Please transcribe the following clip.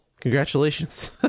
Congratulations